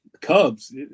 Cubs